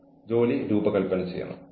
ജോലിസ്ഥലത്തെ ഭീഷണിപ്പെടുത്തൽ